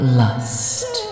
lust